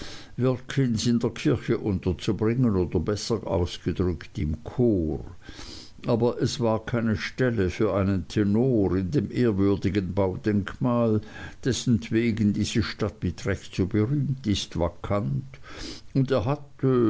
wilkins in der kirche unterzubringen oder besser ausgedrückt im chor aber es war keine stelle für einen tenor in dem ehrwürdigen baudenkmal dessentwegen diese stadt mit recht so berühmt ist vakant und er hat